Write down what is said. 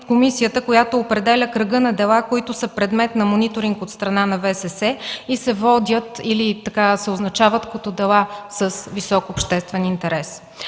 комисията, която определя кръга на дела, които са предмет на мониторинг от страна на ВСС и се водят или се означават като дела с висок обществен интерес.